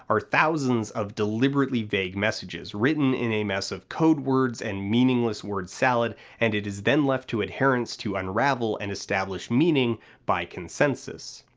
are thousands of deliberately vague messages, written in a mess of codewords and meaningless word salad, and it is then left to adherents to unravel and establish meaning by consensus.